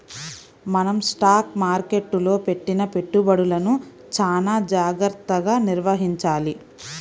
మనం స్టాక్ మార్కెట్టులో పెట్టిన పెట్టుబడులను చానా జాగర్తగా నిర్వహించాలి